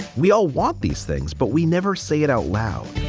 we all want these things, but we never say it out loud.